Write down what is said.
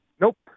Nope